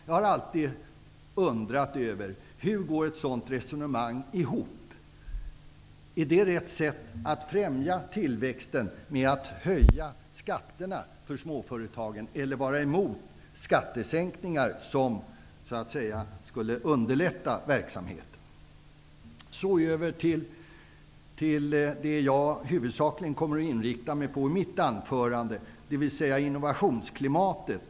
Jag har alltid undrat över hur ett sådant resonemang går ihop. Är en höjning av skatterna eller motstånd mot skattesänkningar som skulle underlätta verksamheten för småföretagen rätt sätt att främja tillväxten? Jag kommer i mitt anförande huvudsakligen att inrikta mig på innovationsklimatet.